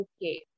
okay